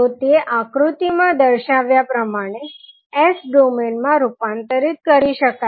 તો તે આકૃતિમાં દર્શાવ્યા પ્રમાણે S ડોમેઇન માં રૂપાંતરિત કરી શકાય